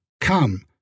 come